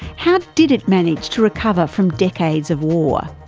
how did it manage to recover from decades of war,